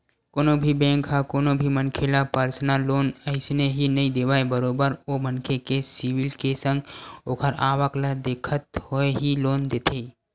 कोनो भी बेंक ह कोनो भी मनखे ल परसनल लोन अइसने ही नइ देवय बरोबर ओ मनखे के सिविल के संग ओखर आवक ल देखत होय ही लोन देथे